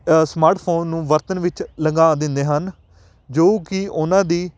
smartphone ਨੂੰ ਵਰਤਣ ਵਿੱਚ ਲੰਘਾ ਦਿੰਦੇ ਹਨ ਜੋ ਕਿ ਉਹਨਾਂ ਦੀ